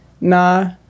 nah